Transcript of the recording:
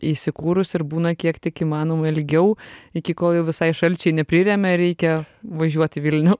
įsikūrus ir būna kiek tik įmanoma ilgiau iki kol jau visai šalčiai nepriremia ir reikia važiuot į vilnių